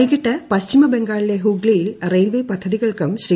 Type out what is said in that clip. വൈകിട്ട് പശ്ചിമബംഗാളിലെ ഹൂഗ്ലിയിൽ റെയിൽവേ പദ്ധതികൾക്കും ശ്രീ